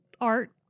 art